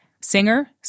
singer